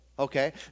Okay